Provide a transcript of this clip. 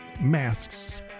masks